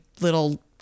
little